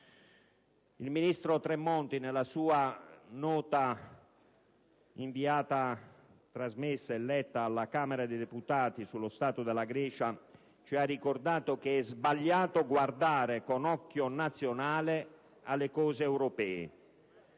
Il ministro Tremonti, nella sua nota trasmessa e letta alla Camera dei deputati sullo stato della Grecia, ci ha ricordato che «è sbagliato guardare con occhio nazionale alle cose europee».